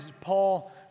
Paul